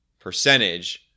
percentage